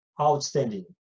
outstanding